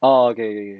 oh okay okay